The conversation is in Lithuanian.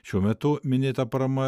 šiuo metu minėta parama